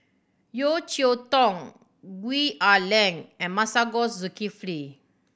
Yeo Cheow Tong Gwee Ah Leng and Masagos Zulkifli